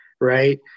right